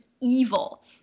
evil